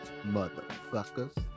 motherfuckers